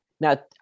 Now